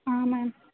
ఆ మేమ్